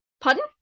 Pardon